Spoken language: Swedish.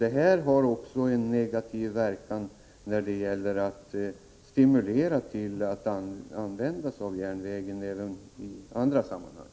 Det här har också en negativ verkan när det gäller att stimulera dessa människor att använda järnvägen även i andra sammanhang.